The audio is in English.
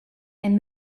and